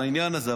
בעניין הזה,